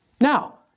Now